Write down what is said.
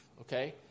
okay